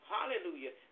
Hallelujah